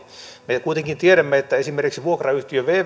me kuitenkin tiedämme että esimerkiksi vuokrayhtiö